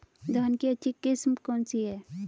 धान की अच्छी किस्म कौन सी है?